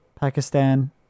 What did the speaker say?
Pakistan